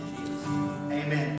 Amen